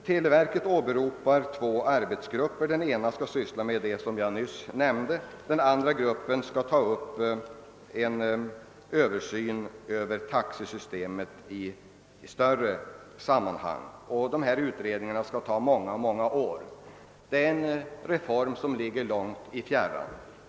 Televerket åberopar att man har tillsatt två arbetsgrupper. Den ena skall syssla med det jag nyss nämnde. Den andra gruppen skall göra en översyn över taxesystemet i ett större sammanhang. Dessa utredningar kommer att ta många många år, och det är alltså fråga om en reform som ligger långt i fjärran.